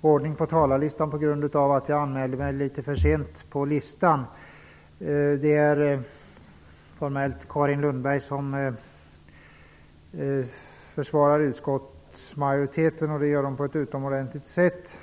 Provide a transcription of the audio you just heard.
ordning på talarlistan på grund av att jag anmälde mig litet för sent till debatten. Det är formellt Carin Lundberg som försvarar utskottsmajoritetens skrivning, och det gör hon på ett utomordentligt sätt.